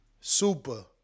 super